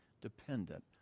dependent